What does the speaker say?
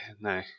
no